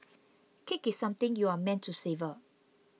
cake is something you are meant to savour